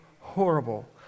horrible